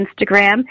Instagram